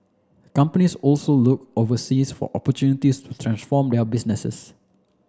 companies also look overseas for opportunities to transform their businesses